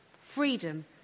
freedom